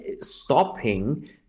stopping